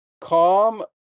calm